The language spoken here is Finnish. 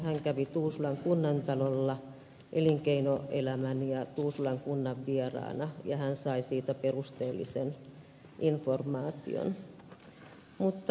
hän kävi tuusulan kunnantalolla elinkeinoelämän ja tuusulan kunnan vieraana ja hän sai siitä perusteellisen informaation